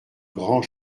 grand